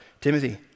Timothy